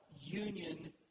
union